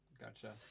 Gotcha